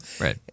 right